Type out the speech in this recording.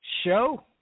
show